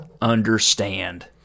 understand